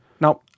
Now